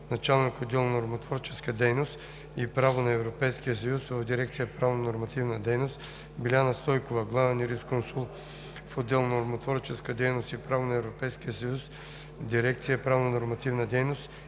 началник-отдел „Нормотворческа дейност и право на Европейския съюз“ в дирекция „Правнонормативна дейност“, Биляна Стойкова – главен юрисконсулт в отдел „Нормотворческа дейност и право на Европейския съюз“ в дирекция „Правнонормативна дейност“,